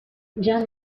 già